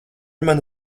mana